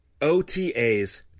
OTAs